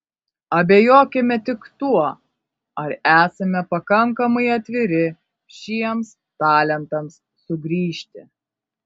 abejokime tik tuo ar esame pakankamai atviri šiems talentams sugrįžti